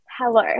Hello